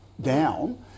down